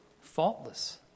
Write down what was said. Faultless